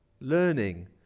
Learning